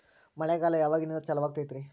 ಮಳೆಗಾಲ ಯಾವಾಗಿನಿಂದ ಚಾಲುವಾಗತೈತರಿ?